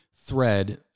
thread